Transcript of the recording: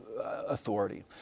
authority